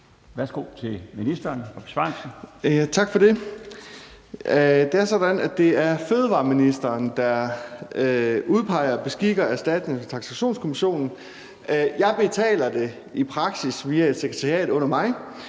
Transportministeren (Thomas Danielsen): Tak for det. Det er sådan, at det er fødevareministeren, der udpeger og beskikker erstatnings- og taksationskommissionen. Jeg betaler det i praksis via et sekretariat under mig.